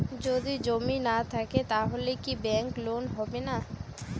যদি জমি না থাকে তাহলে কি ব্যাংক লোন হবে না?